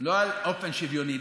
לא על אופן שוויוני.